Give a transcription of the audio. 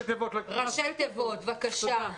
ראשי תיבות, בבקשה.